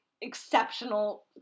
exceptional